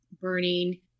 burning